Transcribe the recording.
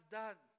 done